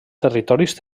territoris